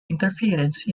interference